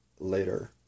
later